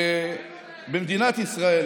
שמדינת ישראל